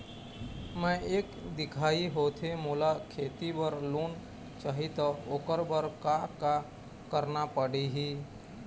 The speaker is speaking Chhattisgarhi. मैं एक दिखाही होथे मोला खेती बर लोन चाही त ओकर बर का का करना पड़ही?